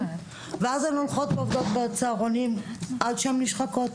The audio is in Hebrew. ואז הן הולכות ועובדות בצהרונים עד שהן נשחקות.